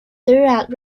throughout